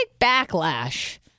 backlash